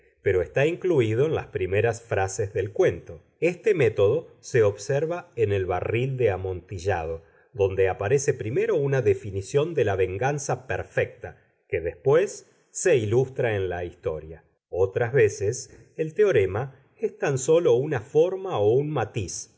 pero está incluído en las primeras frases del cuento este método se observa en el barril de amontillado donde aparece primero una definición de la venganza perfecta que después se ilustra en la historia otras veces el teorema es tan solo una forma o un matiz